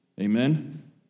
Amen